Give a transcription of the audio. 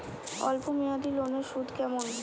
অল্প মেয়াদি লোনের সুদ কেমন?